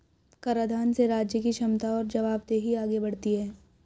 कराधान से राज्य की क्षमता और जवाबदेही आगे बढ़ती है